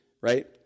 right